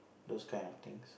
those kind of things